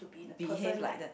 behave like that